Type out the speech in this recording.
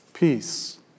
Peace